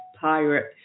pirate